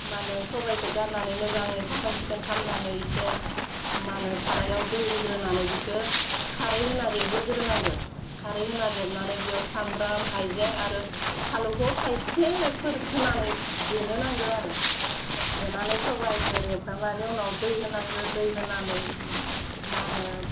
मा होनो सबाइखौ गारनानै मोजाङै साखोन सिखोन खामनानै एसे मा होनो साराइआव दै होग्रोनानै बिखो खारै होना रेबहोग्रोनांगो खारै होना रेबनानै बियाव सामब्राम हाइजें आरो फालौखौ थाइसेफोर होनानै देनो नांगौ आरो देनानै सबाइखौ रेबखांनायनि उनाव दै होनांगो दै होनानै मा होनो